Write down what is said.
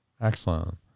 Excellent